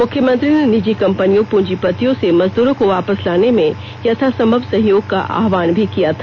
मुख्यमंत्री ने निजी कंपनियों प्रंजीपतियों से मजदूरों को वापस लाने मे यथासंभव सहयोग को आहवाहन भी किया था